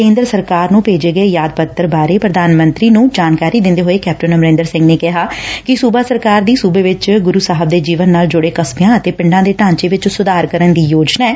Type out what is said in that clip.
ਕੇਦਰ ਸਰਕਾਰ ਨੂੰ ਭੇਜੇ ਗਏ ਯਾਦ ਪੱਤਰ ਬਾਰੇ ਪ੍ਰਧਾਨ ਮੰਤਰੀ ਨੂੰ ਜਾਣਕਾਰੀ ਦਿੰਦੇ ਹੋਏ ਕੈਪਟਨ ਅਮਰਿੰਦਰ ਸਿੰਘ ਨੇ ਕਿਹਾ ਕਿ ਸੁਬਾ ਸਰਕਾਰ ਦੀ ਸੁਬੇ ਵਿੱਚ ਗੁਰੁ ਸਾਹਿਬ ਦੇ ਜੀਵਨ ਨਾਲ ਜੁੜੇ ਕਸਬਿਆਂ ਅਤੇ ਪਿੰਡਾਂ ਦੇ ਢਾਂਚੇ ਵਿੱਚ ਸੁਧਾਰ ਕਰਨ ਦੀ ਯੋਜਨਾ ਏ